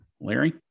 Larry